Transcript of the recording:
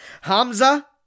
Hamza